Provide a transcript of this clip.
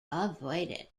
avoided